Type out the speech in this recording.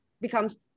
becomes